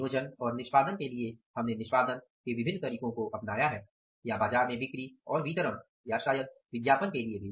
नियोजन और निष्पादन के लिए हमने निष्पादन के विभिन्न तरीकों को अपनाया है या बाजार में बिक्री और वितरण या शायद विज्ञापन के लिए भी